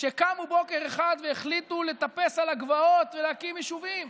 שקמו בוקר אחד והחליטו לטפס על הגבעות ולהקים יישובים.